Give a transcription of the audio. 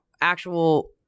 actual –